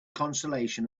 consolation